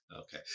Okay